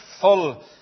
full